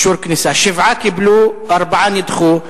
שבעה קיבלו וארבעה נדחו.